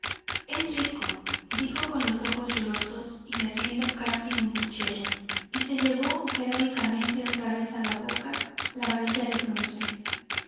mío es rico dijo con los ojos llorosos y haciendo casi un puchero y se llevó heroicamente otra vez a la boca la varilla de bronce